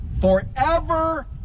forever